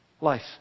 life